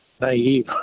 naive